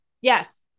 yes